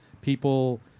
people